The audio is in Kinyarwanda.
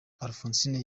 alphonsine